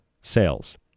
sales